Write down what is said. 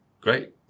Great